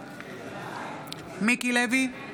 מיקי לוי,